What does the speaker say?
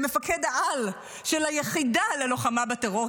למפקד-העל של היחידה ללוחמה בטרור,